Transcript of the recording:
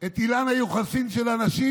את אילן היוחסין של אנשים.